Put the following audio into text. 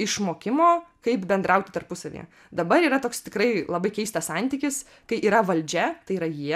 išmokimo kaip bendrauti tarpusavyje dabar yra toks tikrai labai keistas santykis kai yra valdžia tai yra jie